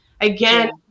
again